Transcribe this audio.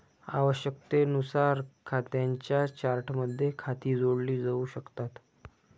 आवश्यकतेनुसार खात्यांच्या चार्टमध्ये खाती जोडली जाऊ शकतात